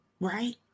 Right